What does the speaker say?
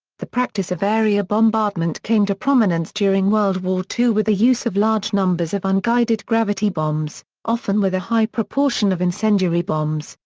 the practice of area bombardment came to prominence during world war ii with the use of large numbers of unguided gravity bombs, often with a high proportion of incendiary bombs,